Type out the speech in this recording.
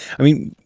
i mean,